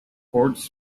courts